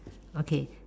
okay